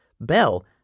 Bell